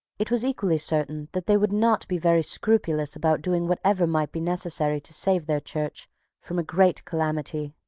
it was equally certain that they would not be very scrupulous about doing whatever might be necessary to save their church from a great calamity.